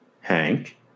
Hank